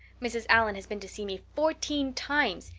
mrs. allan has been to see me fourteen times.